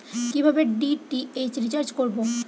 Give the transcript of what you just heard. কিভাবে DTH recharge করব?